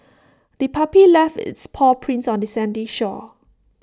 the puppy left its paw prints on the sandy shore